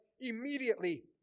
immediately